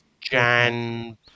Jan